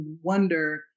wonder